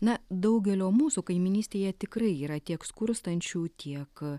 na daugelio mūsų kaimynystėje tikrai yra tiek skurstančių tiek